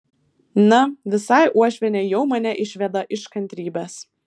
na visai uošvienė jau mane išveda iš kantrybės